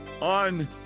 on